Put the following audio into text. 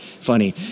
funny